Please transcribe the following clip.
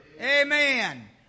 Amen